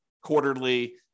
quarterly